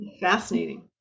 fascinating